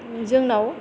जोंनाव